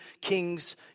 King's